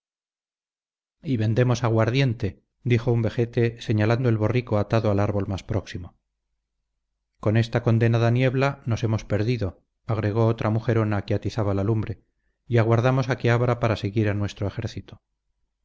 y vendemos aguardiente dijo un vejete señalando el borrico atado al árbol más próximo con esta condenada niebla nos hemos perdido agregó otra mujerona que atizaba la lumbre y aguardamos a que abra para seguir a nuestro ejército